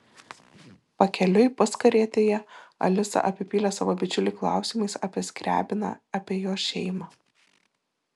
pakeliui puskarietėje alisa apipylė savo bičiulį klausimais apie skriabiną apie jo šeimą